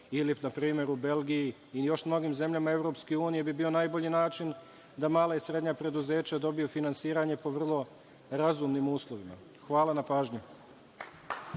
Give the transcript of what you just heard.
ili npr. u Belgiji i još mnogim zemljama EU, bio bi najbolji način da mala i srednja preduzeća dobiju finansiranje po vrlo razumnim uslovima. Hvala na pažnji.